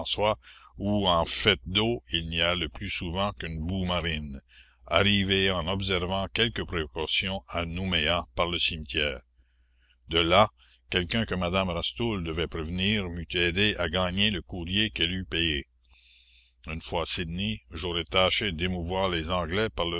où en fait d'eau il n'y a le plus souvent qu'une boue marine arriver en observant quelques précautions à nouméa par le cimetière de là quelqu'un que madame rastoul devait prévenir m'eût aidée à gagner le courrier qu'elle eût payé une fois à sydney j'aurais tâché d'émouvoir les anglais